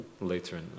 later